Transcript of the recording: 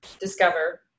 discover